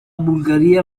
bulgaria